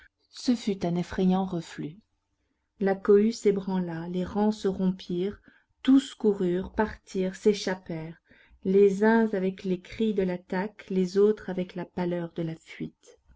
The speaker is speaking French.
ce fut un effrayant reflux la cohue s'ébranla les rangs se rompirent tous coururent partirent s'échappèrent les uns avec les cris de l'attaque les autres avec la pâleur de la fuite